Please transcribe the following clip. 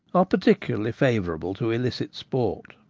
are peculiarly favour able to illicit sport.